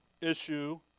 issue